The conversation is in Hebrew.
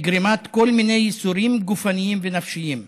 מגרימת כל מיני ייסורים גופניים ונפשיים?